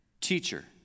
Teacher